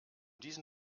diesen